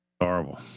horrible